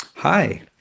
Hi